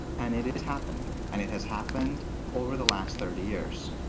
and it is happening. and it has happened over the last thirty years.